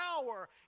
power